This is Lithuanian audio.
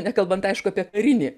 nekalbant aišku apie karinį